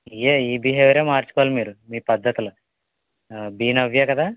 ఇవే ఈ బిహేవియరే మార్చుకోవాలి మీరు మీ పద్ధతులు బి నవ్య కదా